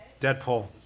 Deadpool